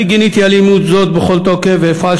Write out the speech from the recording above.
אני גיניתי אלימות זאת בכל תוקף ואפעל